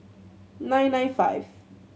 nine nine five